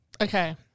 okay